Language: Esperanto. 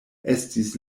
estis